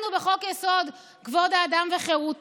שמנו את זה בחוק-יסוד: כבוד האדם וחירותו.